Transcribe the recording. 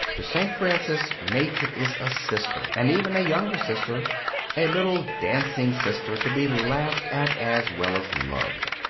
to st. francis, nature is a sister, and even a younger sister a little, dancing sister, to be laughed at as well as loved.